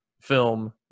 film